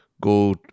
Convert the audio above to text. go